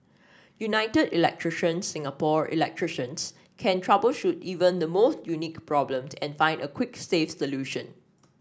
United Electrician Singapore electricians can troubleshoot even the most unique problems and find a quick safe solution